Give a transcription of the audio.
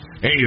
Hey